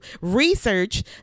research